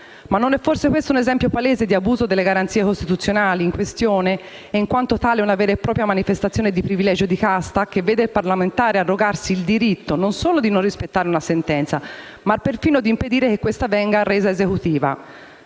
Ma non è forse questo un esempio palese di abuso della garanzia costituzionale in questione e, in quanto tale, una vera e propria manifestazione di privilegio di casta, che vede il parlamentare arrogarsi il diritto, non solo di non rispettare una sentenza, ma perfino di impedire che questa venga resa esecutiva?